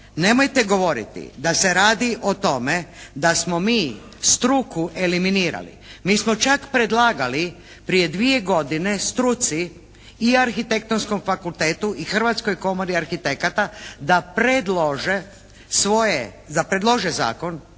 nemojte govoriti da se radi o tome da smo mi struku eliminirali. Mi smo čak predlagali prije dvije godine struci i Arhitektonskom fakultetu i Hrvatskoj komori arhitekata da predlože svoje,